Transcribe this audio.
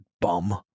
bum